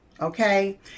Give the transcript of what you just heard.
okay